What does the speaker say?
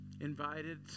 Invited